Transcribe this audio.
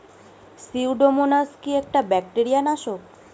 Pseudomonas কি একটা bacteria নাশক?